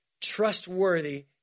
trustworthy